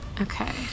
Okay